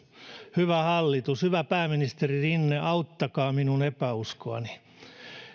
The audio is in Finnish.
hyvä hallitus hyvä pääministeri rinne auttakaa minua epäuskossani